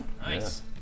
nice